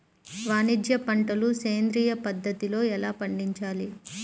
వాణిజ్య పంటలు సేంద్రియ పద్ధతిలో ఎలా పండించాలి?